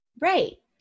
Right